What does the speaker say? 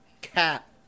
Cat